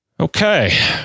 Okay